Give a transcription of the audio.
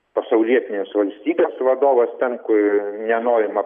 pasaulietinės valstybės vadovas ten kur nenorima